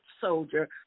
soldier